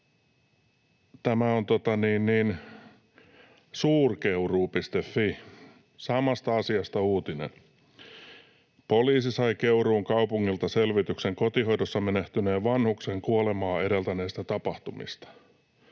tämä on suurkeuruu.fi, samasta asiasta on uutinen: ”Poliisi sai Keuruun kaupungilta selvityksen kotihoidossa menehtyneen vanhuksen kuolemaa edeltäneistä tapahtumista.”